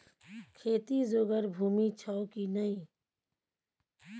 खेती जोगर भूमि छौ की नै?